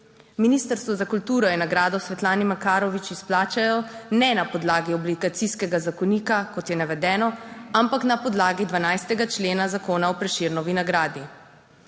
Ministrstvo za kulturo je nagrado Svetlane Makarovič izplačalo ne na podlagi obligacijskega zakonika, kot je navedeno, ampak na podlagi 12. člena Zakona o Prešernovi nagradi.